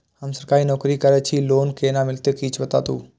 हम सरकारी नौकरी करै छी लोन केना मिलते कीछ बताबु?